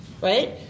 Right